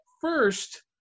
first